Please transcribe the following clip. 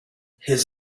his